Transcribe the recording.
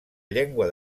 llengua